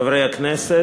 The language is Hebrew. תודה רבה, חברי הכנסת,